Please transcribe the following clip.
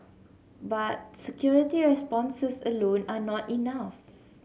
but security responses alone are not enough